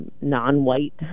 non-white